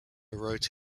wrote